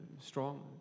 strong